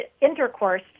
Intercourse